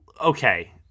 okay